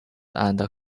and